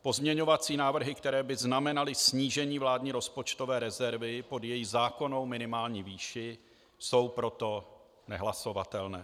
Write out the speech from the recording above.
Pozměňovací návrhy, které by znamenaly snížení vládní rozpočtové rezervy pod její zákonnou minimální výši, jsou proto nehlasovatelné.